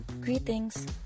Greetings